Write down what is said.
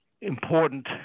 important